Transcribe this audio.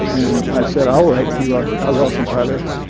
and i said i'll write you an algol compiler